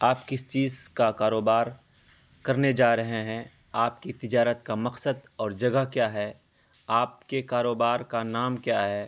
آپ کس چیز کا کاروبار کرنے جا رہے ہیں آپ کی تجارت کا مقصد اور جگہ کیا ہے آپ کے کاروبار کا نام کیا ہے